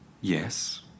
Yes